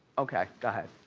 okay, go ahead.